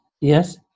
yes